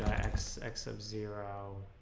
x x um zero